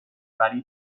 ولی